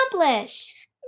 accomplish